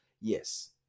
Yes